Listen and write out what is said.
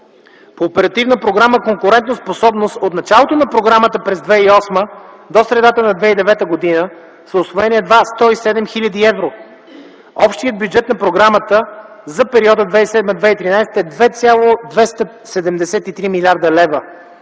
По оперативна програма „Конкурентоспособност”, от началото на програмата през 2008 г. до средата на 2009 г. са усвоени едва 107 хил. евро. Общият бюджет на програмата за периода 2007 - 2013 г. е 2,273 млрд. лева